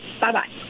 Bye-bye